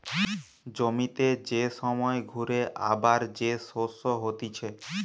জমিতে যে সময় ঘুরে আবার যে শস্য হতিছে